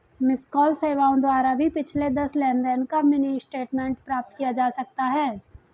miss call सेवाओं द्वारा भी पिछले दस लेनदेन का मिनी स्टेटमेंट प्राप्त किया जा सकता है